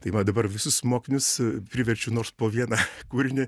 tai va dabar visus mokinius priverčiu nors po vieną kūrinį